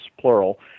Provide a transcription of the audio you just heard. plural